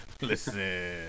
Listen